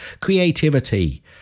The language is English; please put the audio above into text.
Creativity